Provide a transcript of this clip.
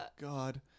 God